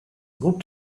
good